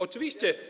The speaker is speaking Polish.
Oczywiście.